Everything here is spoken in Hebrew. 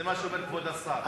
זה מה שאומר כבוד השר.